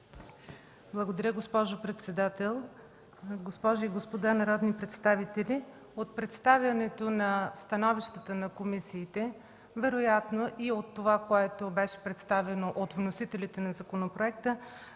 Благодаря, госпожо председател. Госпожи и господа народни представители! От представянето на становищата на комисиите, вероятно и от това, което беше представено от вносителите на законопроекта,